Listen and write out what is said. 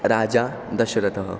राजा दशरथः